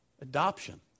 Adoption